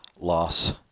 loss